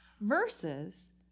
versus